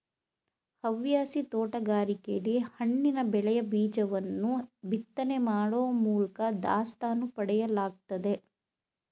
ಹವ್ಯಾಸಿ ತೋಟಗಾರಿಕೆಲಿ ಹಣ್ಣಿನ ಬೆಳೆಯ ಬೀಜವನ್ನು ಬಿತ್ತನೆ ಮಾಡೋ ಮೂಲ್ಕ ದಾಸ್ತಾನು ಪಡೆಯಲಾಗ್ತದೆ